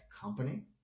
Company